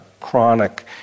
chronic